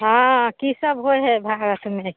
हँ की सब होइ हइ